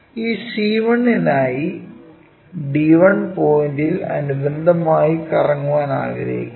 ഈ c1 നായി d1 പോയിന്റിൽ അനുബന്ധമായി കറങ്ങാൻ ആഗ്രഹിക്കുന്നു